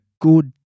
good